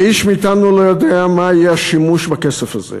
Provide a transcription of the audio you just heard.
ואיש מאתנו לא יודע מה יהיה השימוש בכסף הזה.